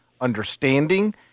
understanding